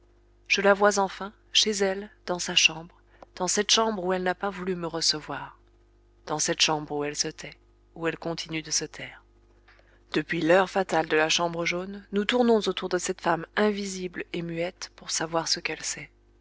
je la vois enfin chez elle dans sa chambre dans cette chambre où elle n'a pas voulu me recevoir dans cette chambre où elle se tait où elle continue de se taire depuis l'heure fatale de la chambre jaune nous tournons autour de cette femme invisible et muette pour savoir ce qu'elle sait